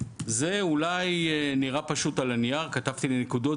הוא אולי נראה פשוט על הנייר כתבתי לי נקודות,